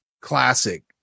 classic